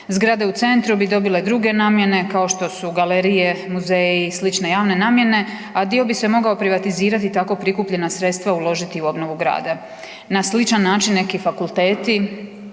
Zgrade u centru bi dobile druge namjene kao što su galerije, muzeji i slične javne namjene, a dio bi se mogao privatizirati i tako prikupljena sredstva uložiti u obnovu Grada. Na sličan način neki fakulteti